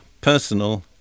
personal